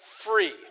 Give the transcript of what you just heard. free